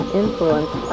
influence